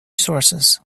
sources